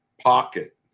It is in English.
pocket